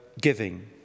giving